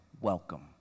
welcome